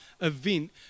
event